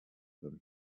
them